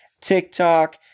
TikTok